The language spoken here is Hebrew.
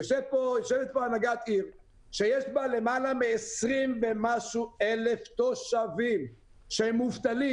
יושבת פה הנהגת עיר שיש בה למעלה מ-20,000 תושבים מובטלים.